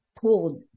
pulled